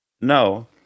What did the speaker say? No